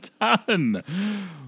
done